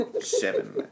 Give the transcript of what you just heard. seven